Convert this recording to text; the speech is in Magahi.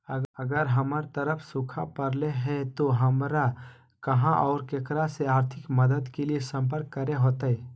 अगर हमर तरफ सुखा परले है तो, हमरा कहा और ककरा से आर्थिक मदद के लिए सम्पर्क करे होतय?